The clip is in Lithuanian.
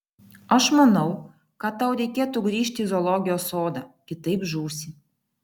aš manau kad tau reikėtų grįžti į zoologijos sodą kitaip žūsi